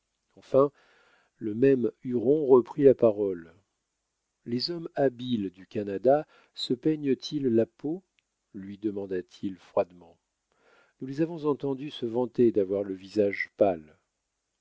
enfin le même huron reprit la parole les hommes habiles du canada se peignent ils la peau lui demanda-t-il froidement nous les avons entendus se vanter d'avoir le visage pâle